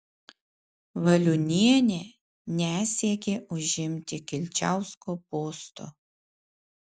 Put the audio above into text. valiunienė nesiekė užimti kilčiausko posto